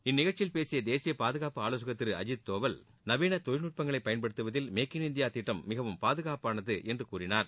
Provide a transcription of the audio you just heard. இந்நிகழ்ச்சியில் பேசிய தேசிய பாதுகாப்பு ஆலோசகர் திரு அஜிக் தோவல் நவீன தொழில்நுட்பங்களை பயன்படுத்துவதில் மேக் இன் இந்தியா திட்டம் மிகவும் பாதுகாப்பானது என்று கூறினார்